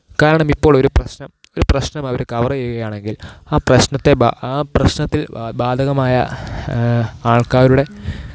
കാരണമിപ്പോളൊരു പ്രശ്നം ഒരു പ്രശ്നമവർ കവർ ചെയ്യുകയാണെങ്കില് ആ പ്രശ്നത്തെ ബാ ആ പ്രശ്നത്തില് വാ ബാധകമായ ആള്ക്കാരുടെ